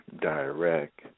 direct